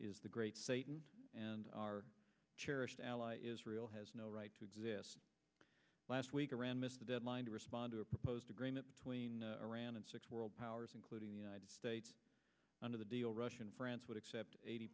is the great satan and our cherished ally israel has no right to exist last week iran missed a deadline to respond to a proposed agreement between iran and six world powers including the united states under the deal russian france would accept eighty